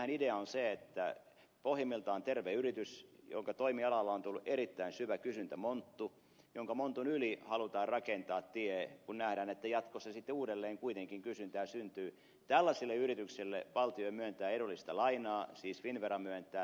siinähän idea on se että pohjimmiltaan terveelle yritykselle jonka toimialalla on tullut erittäin syvä kysyntämonttu jonka yli halutaan rakentaa tie kun nähdään että jatkossa sitten uudelleen kuitenkin kysyntää syntyy valtio myöntää edullista lainaa siis finnvera myöntää